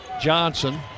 Johnson